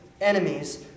enemies